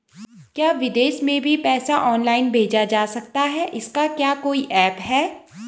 क्या विदेश में भी पैसा ऑनलाइन भेजा जा सकता है इसका क्या कोई ऐप है?